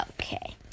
Okay